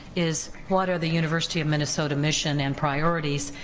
is what are the university of minnesota mission and priorities,